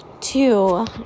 Two